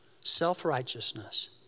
Self-righteousness